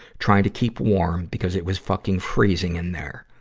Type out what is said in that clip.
trying to keep warm because it was fucking freezing in there.